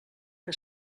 que